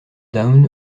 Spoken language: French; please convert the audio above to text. down